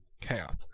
Chaos